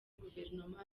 guverinoma